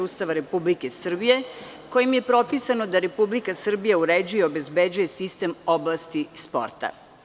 Ustava Republike Srbije, kojim je propisano da Republika Srbija uređuje, obezbeđuje sistem oblasti sporta.